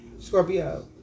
Scorpio